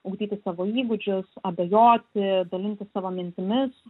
ugdyti savo įgūdžius abejoti dalintis savo mintimis